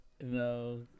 No